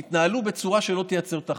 יתנהלו בצורה שלא תייצר תחלואה.